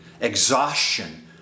Exhaustion